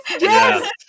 yes